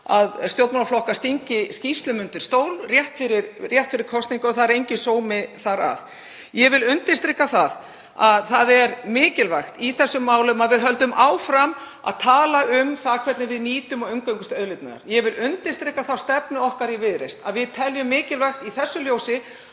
að stjórnmálaflokkar stingi skýrslum undir stól rétt fyrir kosningar og það er enginn sómi að því. Ég vil undirstrika að það er mikilvægt í þessum málum að við höldum áfram að tala um það hvernig við nýtum og umgöngumst auðlindirnar. Ég vil undirstrika þá stefnu okkar í Viðreisn að við teljum mikilvægt í þessu ljósi